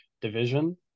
division